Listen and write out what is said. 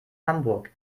hamburg